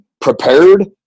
prepared